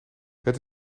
het